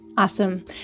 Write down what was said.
Awesome